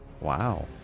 Wow